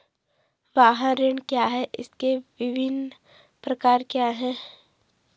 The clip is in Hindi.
वाहन ऋण क्या है इसके विभिन्न प्रकार क्या क्या हैं?